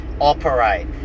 operate